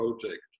project